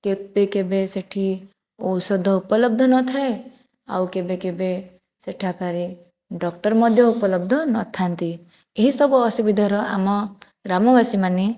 କେବେ କେବେ ସେଠି ଔଷଧ ଉପଲବ୍ଧ ନଥାଏ ଆଉ କେବେ କେବେ ସେଠାକାରେ ଡକ୍ଟର ମଧ୍ୟ ଉପଲବ୍ଧ ନଥାଆନ୍ତି ଏହି ସବୁ ଅସୁବିଧାର ଆମ ଗ୍ରାମବାସୀମାନେ